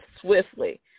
swiftly